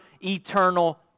eternal